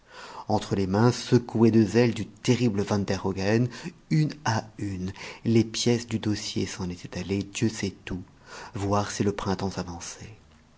entre les mains secouées de zèle du terrible van der hogen une à une les pièces du dossier s'en étaient allées dieu sait où voir si le printemps